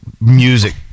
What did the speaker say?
music